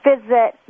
visit